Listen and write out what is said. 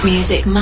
Music